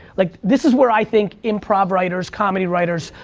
like, this is where i think improv writers, comedy writers,